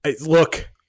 look